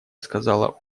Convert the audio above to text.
сказала